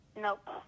Nope